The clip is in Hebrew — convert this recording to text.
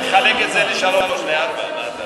תחלק את זה לשלוש, לארבע.